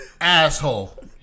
asshole